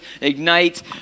Ignite